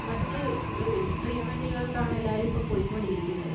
മറ്റ് ട്രീട്മെന്റുകൾക്കാണ് എല്ലാവരും ഇപ്പം പോയി കൊണ്ടിരിക്കുന്നത്